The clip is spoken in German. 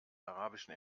arabischen